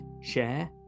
share